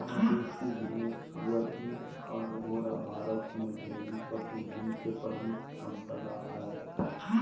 मवेशी, भेड़, सुअर, ऊँट आर घोड़ा भारत में घरेलू पशुधन के प्रमुख संपदा हय